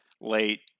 late